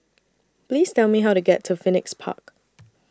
Please Tell Me How to get to Phoenix Park